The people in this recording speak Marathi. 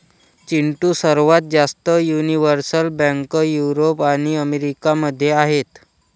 चिंटू, सर्वात जास्त युनिव्हर्सल बँक युरोप आणि अमेरिका मध्ये आहेत